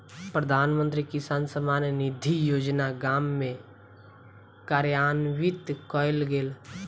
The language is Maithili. प्रधानमंत्री किसान सम्मान निधि योजना गाम में कार्यान्वित कयल गेल